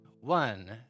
one